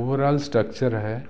overall structure ਹੈ